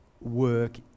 work